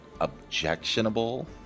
objectionable